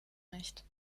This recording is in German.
nicht